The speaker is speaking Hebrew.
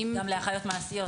גם לאחיות מעשיות.